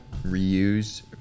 Reuse